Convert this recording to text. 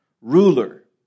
ruler